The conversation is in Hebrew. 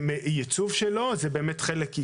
מי עושה את ההפרדה?